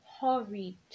hurried